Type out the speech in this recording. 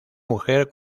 mujer